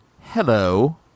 Hello